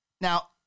Now